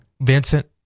Vincent